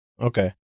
Okay